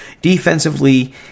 Defensively